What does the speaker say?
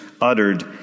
uttered